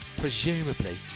presumably